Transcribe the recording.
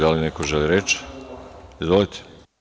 Da li neko želi reč? (Da) Izvolite.